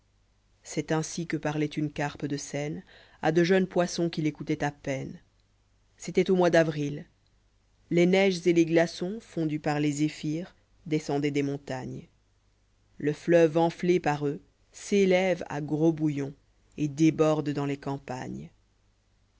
c'est ainsi que parloit une carpe de seine a de jeunes poissons qui técoutoient à peine c'était au mois d'avril les neiges les glaçons fondus par les zéphyrs descendoient des montagnes le fleuve enflé par eux s'élève à gros bouillons et déborde dans les campagnes